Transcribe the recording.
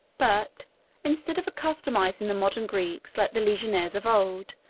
but instead of accustoming the modern greeks, like the legionaries of old,